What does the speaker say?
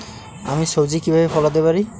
আমি সবজি কিভাবে ফলাতে পারি?